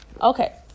Okay